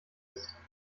ist